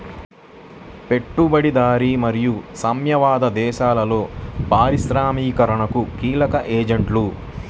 పెట్టుబడిదారీ మరియు సామ్యవాద దేశాలలో పారిశ్రామికీకరణకు కీలక ఏజెంట్లు